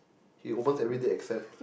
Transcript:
he opens everyday except